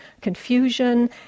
confusion